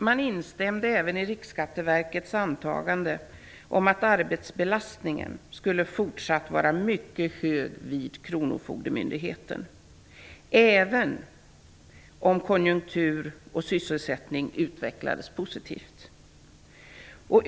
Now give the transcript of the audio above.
Man instämde även i Riksskatteverkets antagande om att arbetsbelastningen skulle vara fortsatt mycket hög vid kronofogdemyndigheten - även om konjunktur och sysselsättning utvecklades positivt.